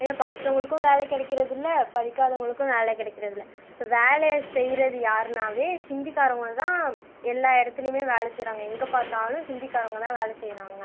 ஏன்னா படித்தவங்களுக்கும் வேலை கிடைக்கிறது இல்லை படிக்காதவங்களுக்கு வேலை கிடைக்கிறது இல்லை அப்போ வேலையை செய்வது யாருனா ஹிந்திகாரவங்க தான் எல்லா இடத்துலயுமே வேலை செய்கிறாங்க எங்கே பார்த்தாலும் ஹிந்திக்காரங்க தான் வேலை செய்கிறாங்க